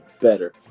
better